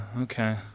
okay